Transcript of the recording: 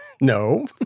No